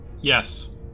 Yes